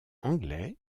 anglais